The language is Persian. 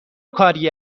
کاری